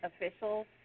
officials